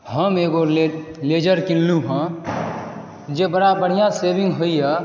हम एगो रेजर कीनलहुॅं हैं जे बड़ा बढ़िऑं शेविंग होइया